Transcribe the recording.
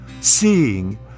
Seeing